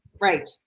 right